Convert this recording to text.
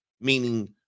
meaning